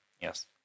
Yes